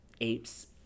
apes